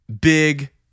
big